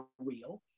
real